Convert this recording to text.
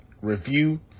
review